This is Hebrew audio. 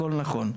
הכול נכון.